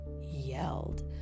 yelled